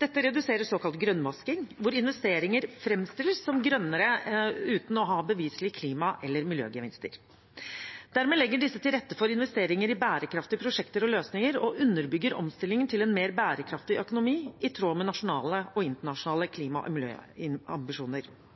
Det vil redusere såkalt grønnvasking, hvor investeringer framstilles som grønnere uten å ha beviselige klima- eller miljøgevinster. Dermed legger de til rette for investeringer i bærekraftige prosjekter og løsninger og underbygger omstillingen til en mer bærekraftig økonomi i tråd med nasjonale og internasjonale klima- og